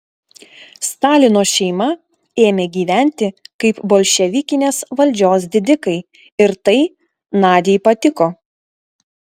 stalino šeima ėmė gyventi kaip bolševikinės valdžios didikai ir tai nadiai patiko